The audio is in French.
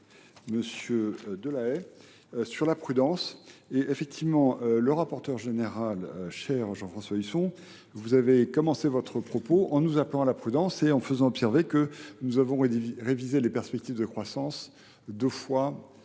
Monsieur Delahaye, sur la prudence. Et effectivement, le rapporteur général, cher Jean-François Lisson, vous avez commencé votre propos en nous appelant à la prudence et en faisant observer que nous avons révisé les perspectives de croissance deux fois en